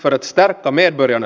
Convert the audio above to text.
arvoisa herra puhemies